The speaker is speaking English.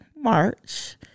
March